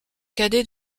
cadet